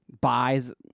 buys